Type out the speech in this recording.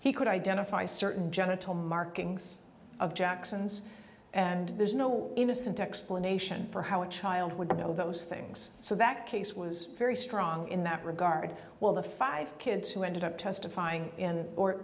he could identify certain genital markings of jackson's and there's no innocent explanation for how a child would know those things so that case was very strong in that regard while the five kids who ended up testifying in or